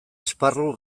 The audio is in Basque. esparru